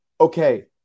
Okay